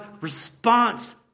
response